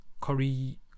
curry